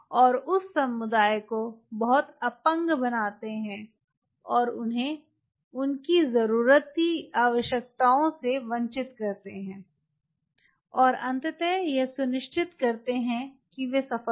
और उस समुदाय को बहुत अपंग बनाते हैं और उन्हें उनकी ज़रूरी आवश्यकताओं से वंचित करते हैं और अंततः यह सुनिश्चित करते हैं कि वे सफल हों